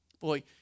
Boy